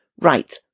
right